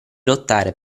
lottare